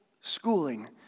schooling